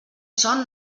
son